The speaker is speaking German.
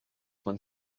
man